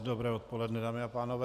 Dobré odpoledne, dámy a pánové.